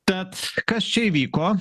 tad kas čia įvyko